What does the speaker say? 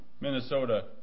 Minnesota